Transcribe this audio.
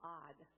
odd